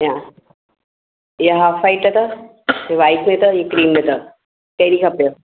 इहा इहा off white में अथव ही वाइट में अथव ही क्रीम में अथव कहिड़ी खपेव